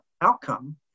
outcome